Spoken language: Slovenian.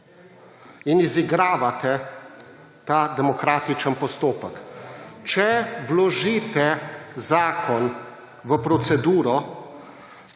in izigravate ta demokratični postopek. Če vložite zakon v proceduro,